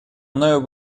мною